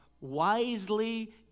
wisely